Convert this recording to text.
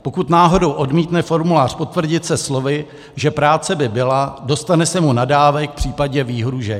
Pokud náhodou odmítne formulář potvrdit se slovy, že práce by byla, dostane se mu nadávek, případně výhrůžek.